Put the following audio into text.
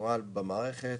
ינוהל במערכת